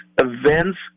events